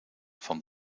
van